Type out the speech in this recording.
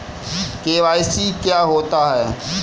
KYC क्या होता है?